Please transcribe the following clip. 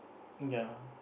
ya